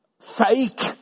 fake